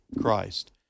Christ